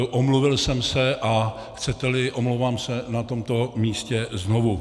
Omluvil jsem se, a chceteli, omlouvám se na tomto místě znovu.